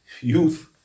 Youth